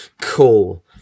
Cool